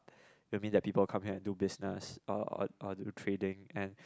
that mean that people come here and do business uh or do trading and